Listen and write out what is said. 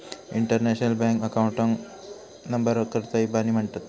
international bank account नंबराकच इबानी म्हणतत